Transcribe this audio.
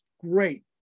great